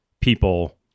people